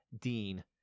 Dean